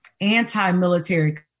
anti-military